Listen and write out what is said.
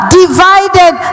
divided